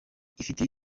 ifitiye